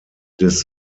des